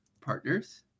partners